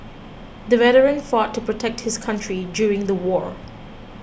the veteran fought to protect his country during the war